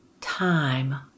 time